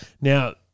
Now